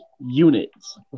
units